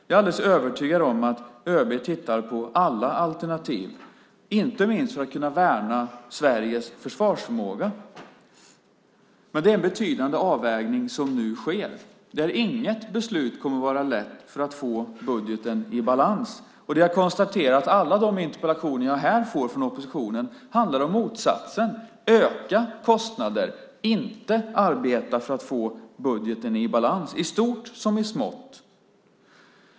Jag är alldeles övertygad om att ÖB tittar på alla alternativ, inte minst för att kunna värna Sveriges försvarsförmåga. Det är en betydande avvägning som nu sker. Inget beslut för att få budgeten i balans kommer att vara lätt. Jag konstaterar att alla interpellationer jag får från oppositionen här handlar om motsatsen, nämligen att öka kostnaderna och inte arbeta för att få budgeten i balans i stort som i smått.